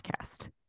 podcast